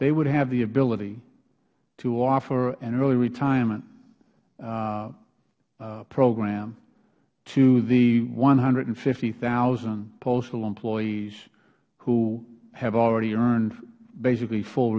they would have the ability to offer an early retirement program to the one hundred and fifty thousand postal employees who have already earned basically full